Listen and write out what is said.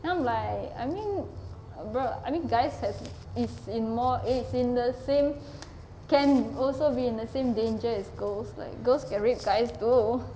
then I'm like I mean bro I mean guys have is in more is in the same can also be in the same danger as girls like girls can rape guys too